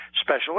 special